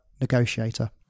negotiator